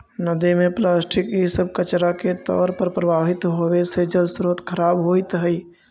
नदि में प्लास्टिक इ सब कचड़ा के तौर पर प्रवाहित होवे से जलस्रोत खराब होइत हई